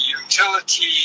utility